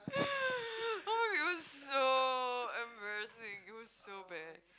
[oh]-my-god it was so embarassing it was so bad